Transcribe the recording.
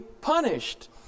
punished